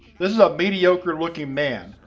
this is a mediocre-looking man,